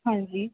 ਹਾਂਜੀ